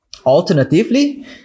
alternatively